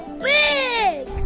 big